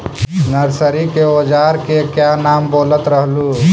Nursery के ओजार के क्या नाम बोलत रहलू?